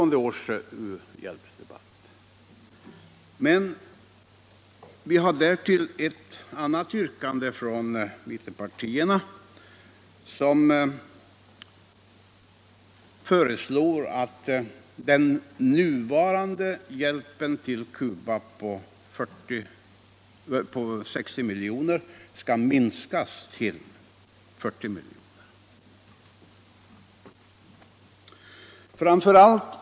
Men dessutom har vi ett annat yrkande från mittenpartierna, nämligen att den nuvarande hjälpen till Cuba på 60 miljoner skall minskas till 40 miljoner.